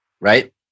Right